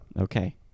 okay